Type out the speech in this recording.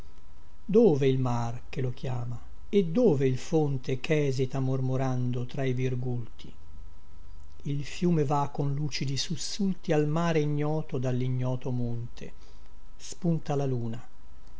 dove il mar che lo chiama e dove il fonte chesita mormorando tra i virgulti il fiume va con lucidi sussulti al mare ignoto dallignoto monte spunta la luna